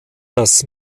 das